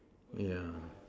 yeah